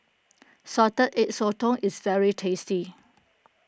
Salted Egg Sotong is very tasty